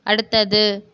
அடுத்தது